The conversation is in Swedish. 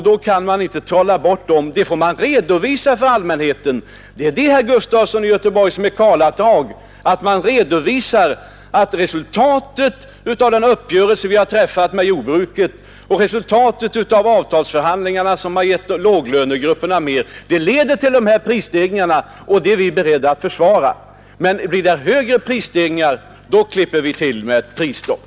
Dem kan man inte trolla bort, utan man måste redovisa dem för allmänheten. Det är det, herr Gustafson i Göteborg, som menas med karlatag: man redovisar att resultatet av den uppgörelse vi har träffat med jordbrukarna och att resultatet av avtalsförhandlingarna, som har gett låglönegrupperna mer betalt, leder till de här prisstegringarna. Detta är vi beredda att försvara, men blir det högre prisstegringar, då klipper vi till med ett prisstopp.